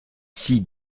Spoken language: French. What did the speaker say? six